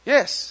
Yes